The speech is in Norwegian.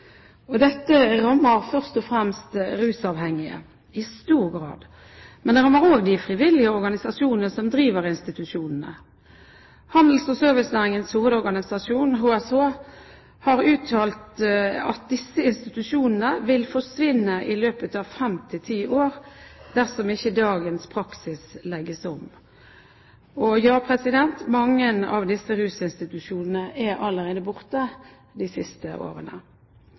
Dette rammer først og fremst rusavhengige – i stor grad. Men det rammer også de frivillige organisasjonene som driver institusjonene. Handels- og Servicenæringens Hovedorganisasjon, HSH, har uttalt at disse institusjonene vil forsvinne i løpet av fem–ti år dersom ikke dagens praksis legges om. Ja, mange er allerede blitt borte de siste årene.